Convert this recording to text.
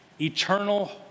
eternal